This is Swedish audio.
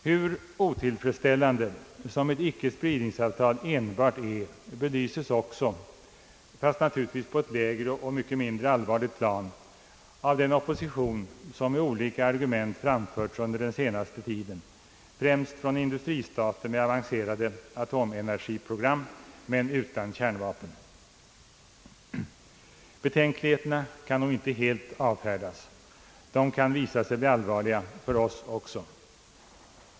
Hur otillfredsställande ett icke-spridningsavtal enbart är, belyses också, fast naturligtvis på ett lägre och mindre allvarligt plan, av den opposition, som med olika argument framförts under den senaste tiden, främst från industristater med avancerade atomenergiprogram men utan kärnvapen. Betänkligheterna kan nog inte helt avfärdas. De kan visa sig bli allvarliga för oss också.